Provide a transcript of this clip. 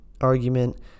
argument